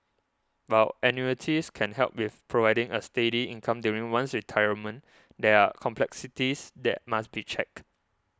while annuities can help with providing a steady income during one's retirement there are complexities that must be checked